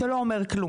שלא אומר כלום,